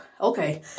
okay